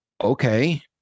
okay